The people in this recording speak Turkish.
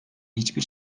hiçbir